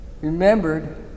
remembered